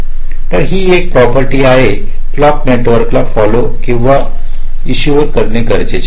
तर ही एक प्रॉपर्टी आहे क्लॉक नेटवर्क ला फोलो किंवा इश शुअर करणे गरजेचे आहे